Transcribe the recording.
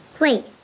Wait